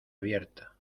abierta